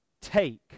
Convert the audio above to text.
take